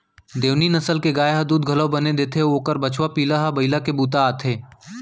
देओनी नसल के गाय ह दूद घलौ बने देथे अउ ओकर बछवा पिला ह बइला के बूता आथे